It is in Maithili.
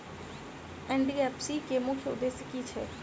एन.डी.एफ.एस.सी केँ मुख्य उद्देश्य की छैक?